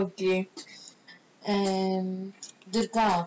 okay um dudar